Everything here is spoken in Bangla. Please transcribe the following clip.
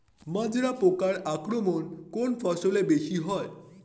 মাজরা পোকার আক্রমণ কোন ফসলে বেশি হয়?